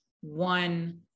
one